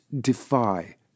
defy